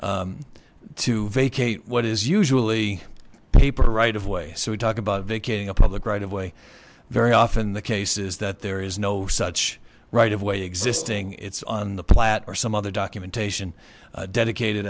to vacate what is usually a paper right of way so we talk about vacating a public right of way very often the case is that there is no such right of way existing it's on the plat or some other documentation dedicated